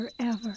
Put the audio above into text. forever